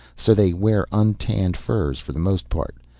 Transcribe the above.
so they wear untanned furs for the most part.